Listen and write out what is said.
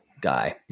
guy